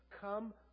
Come